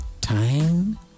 Time